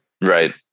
Right